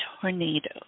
tornado